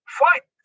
fight